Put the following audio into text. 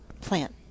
plant